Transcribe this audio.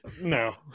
No